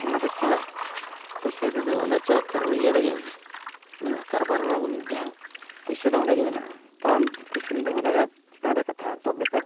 ᱚᱱᱟᱛᱮ ᱥᱮᱬᱟ ᱯᱚᱭᱥᱟ ᱛᱮᱫᱚ ᱚᱱᱟ ᱪᱟᱭ ᱠᱟᱨ ᱤᱭᱟᱹ ᱨᱮᱜᱮ ᱢᱮᱱᱟᱜᱼᱟ ᱠᱟᱨᱵᱟᱨᱟᱵᱚᱱ ᱡᱟᱦᱟᱸ ᱯᱚᱭᱥᱟ ᱫᱚ ᱚᱸᱰᱮ ᱜᱮ ᱢᱮᱱᱟᱜᱼᱟ ᱛᱚ ᱟᱢ ᱯᱚᱭᱥᱟᱢ ᱫᱚᱦᱚ ᱫᱟᱲᱮᱭᱟᱜ ᱪᱮᱛᱟᱱ ᱨᱮ ᱠᱟᱛᱷᱟ ᱛᱚᱵᱮ ᱠᱷᱟᱱ